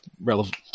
relevant